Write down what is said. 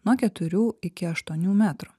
nuo keturių iki aštuonių metrų